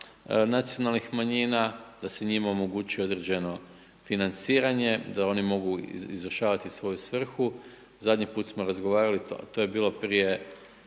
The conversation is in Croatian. nacionalnih manjima, da se njima omogućuje određeno financiranje, da oni mogu izvršavati svoju svrhu, zadnji put smo razgovarali, to je bilo prije